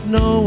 no